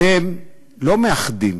אתם לא מאחדים.